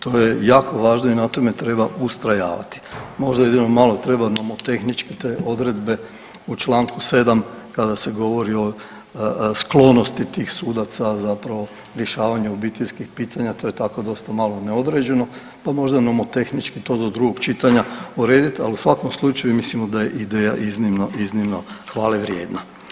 To je jako važno i na tome treba ustrajavati, možda jedino malo treba nomotehnički te odredbe u čl. 7. kada se govori o sklonosti tih sudaca zapravo rješavanju obiteljskih pitanja, to je tako dosta malo neodređeno, pa možda nomotehnički to do drugog čitanja uredit, ali u svakom slučaju mislimo da je ideja iznimno, iznimno hvale vrijedna.